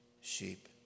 sheep